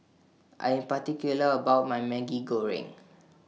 I Am particular about My Maggi Goreng